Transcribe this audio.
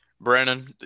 Brandon